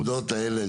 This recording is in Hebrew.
הנקודות האלה,